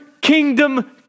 kingdom